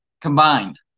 combined